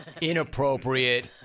inappropriate